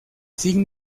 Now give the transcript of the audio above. sin